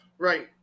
Right